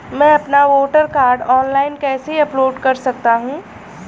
मैं अपना voter card online कैसे अपलोड कर सकता हूँ?